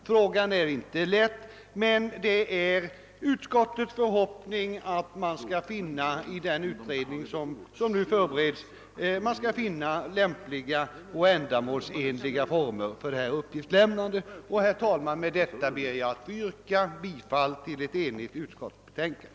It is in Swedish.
Frågan är inte lätt, men det är utskottets förhoppning att den utredning som nu förbereds skall finna lämpliga och ändamålsenliga former för detta uppgiftslämnande. | Herr talman! Jag ber med mina ord få yrka bifall till ett enigt utskottsbetänkande.